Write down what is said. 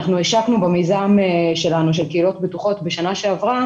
אנחנו השקנו במיזם שלנו של קהילות בטוחות בשנה שעברה